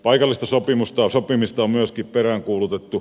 paikallista sopimista on myöskin peräänkuulutettu